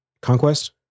Conquest